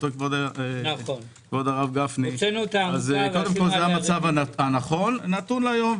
זה המצב הנכון, נתון היום.